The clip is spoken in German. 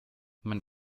man